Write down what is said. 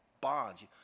bonds